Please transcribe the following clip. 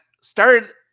started